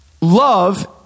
love